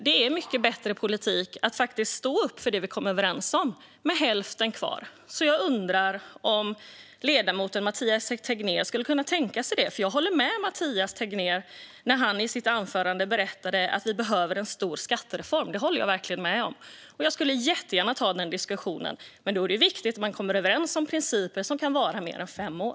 Det är mycket bättre politik att faktiskt stå upp för det vi kom överens om - hälften kvar. Jag undrar om ledamoten Mathias Tegnér skulle kunna tänka sig det. Jag håller verkligen med Mathias Tegnér om att vi behöver en stor skattereform, vilket han sa i sitt anförande. Jag skulle jättegärna ta den diskussionen. Men då är det viktigt att komma överens om principer som kan vara i mer än fem år.